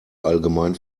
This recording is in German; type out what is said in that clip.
allgemein